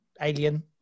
Alien